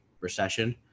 recession